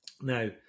Now